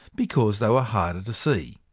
because they were harder to see.